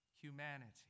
humanity